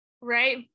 right